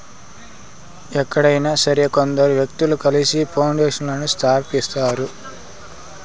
ఎక్కడైనా సరే కొందరు వ్యక్తులు కలిసి పౌండేషన్లను స్థాపిస్తారు